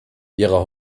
ihrer